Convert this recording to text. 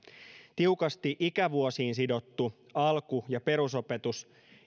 tiukasti ikävuosiin sidottu alku ja perusopetus